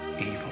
evil